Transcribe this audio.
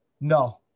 No